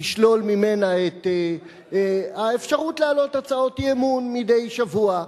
תשלול ממנה את האפשרות להעלות הצעות אי-אמון מדי שבוע,